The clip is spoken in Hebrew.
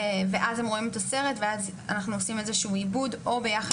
ואז הם רואים את הסרט ואז אנחנו עושים איזשהו עיבוד או ביחד